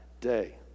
day